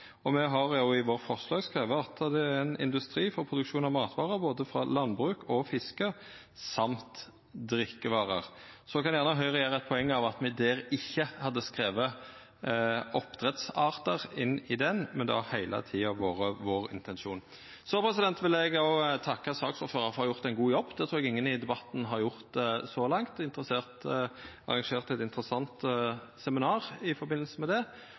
Me har òg i forslaget skrive at det er ein «industri for produksjon av matvarer både fra landbruk og fiske, samt drikkevarer». Høgre kan gjerne gjera eit poeng av at me ikkje hadde skrive oppdrettsartar inn i det, men det har heile tida vore intensjonen vår. Så vil eg takka saksordføraren for å ha gjort ein god jobb – det trur eg ingen i debatten har gjort så langt – og for å ha arrangert eit interessant seminar i forbindelse med det.